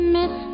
Miss